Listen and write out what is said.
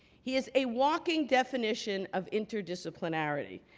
he is a walking definition of interdisciplinarity.